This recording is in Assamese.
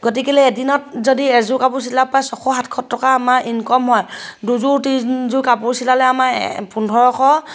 গতিকেলে এদিনত যদি এযোৰ কাপোৰ চিলাব পাৰে ছশ সাতশ টকা আমাৰ ইনকম হয় দুযোৰ তিনিযোৰ কাপোৰ চিলালে আমাৰ এ পোন্ধৰশ